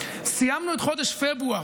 סיימנו את חודש פברואר,